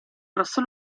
grossa